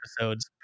episodes